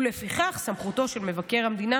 ולפיכך סמכותו של מבקר המדינה